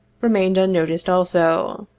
remained unnoticed, also.